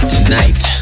Tonight